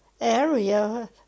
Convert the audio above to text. area